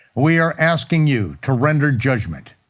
we are asking you to render judgment.